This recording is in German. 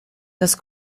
das